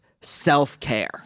self-care